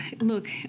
look